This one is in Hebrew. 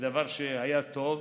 ודבר שהיה טוב,